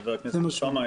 חבר הכנסת אוסאמה,